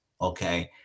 okay